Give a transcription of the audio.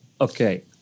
Okay